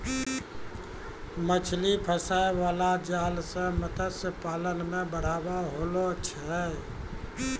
मछली फसाय बाला जाल से मतस्य पालन मे बढ़ाबा होलो छै